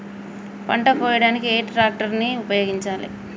పంట కోయడానికి ఏ ట్రాక్టర్ ని ఉపయోగించాలి?